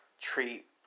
treat